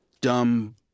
dumb